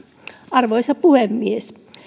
arvoisa puhemies